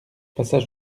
passage